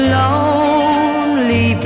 lonely